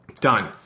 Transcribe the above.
done